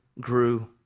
grew